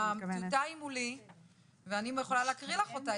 הטיוטה היא מולי ואני יכולה להקריא לך אותה.